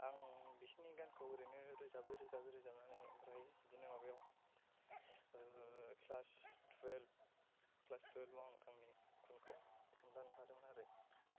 आं बिसिनि गानखौ ओरैनो रोजाबै रोजाबै रोजाबनानै ओमफ्राय बिदिनो माबायाव क्लास टुवेल्भ क्लास टुवेल्भआव आं आंनि गुनखौ हमदांनो हादोंमोन आरो